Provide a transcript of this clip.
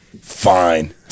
Fine